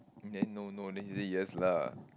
then no no then she say yes lah